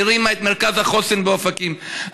שהרימה את מרכז החוסן באופקים,